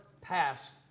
passed